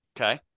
Okay